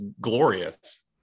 glorious